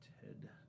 Ted